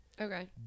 Okay